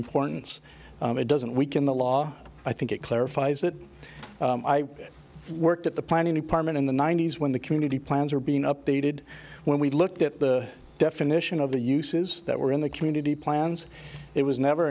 importance it doesn't weaken the law i think it clarifies that i worked at the planning department in the ninety's when the community plans are being updated when we looked at the definition of the uses that were in the community plans it was never